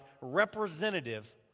representative